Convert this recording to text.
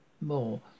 more